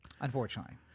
unfortunately